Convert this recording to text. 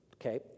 okay